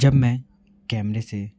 जब मैं कैमरे से